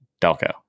Delco